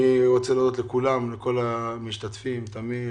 אני רוצה להודות לכל המשתתפים, לטמיר,